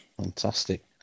Fantastic